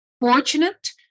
fortunate